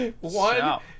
one